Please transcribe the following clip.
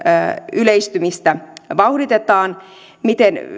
yleistymistä vauhditetaan miten